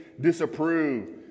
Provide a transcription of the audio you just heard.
disapprove